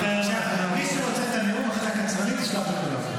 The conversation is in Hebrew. מי שרוצה את הנאום, אחרי כן הקצרנית תשלח לכולם.